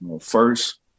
first